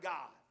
God